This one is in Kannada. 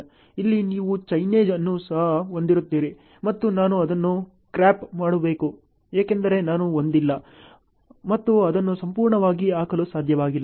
ಇಲ್ಲಿ ನೀವು ಚೈನೇಜ್ ಅನ್ನು ಸಹ ಹೊಂದಿರುತ್ತೀರಿ ಮತ್ತು ನಾನು ಅದನ್ನು ತೆಗೆಯಬೇಕು ಏಕೆಂದರೆ ನಾನು ಹೊಂದಿಲ್ಲ ಮತ್ತು ಅದನ್ನು ಸಂಪೂರ್ಣವಾಗಿ ಹಾಕಲು ಸಾಧ್ಯವಾಗಲಿಲ್ಲ